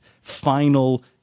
final